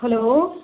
hello